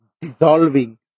dissolving